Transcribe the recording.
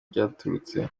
byaturutse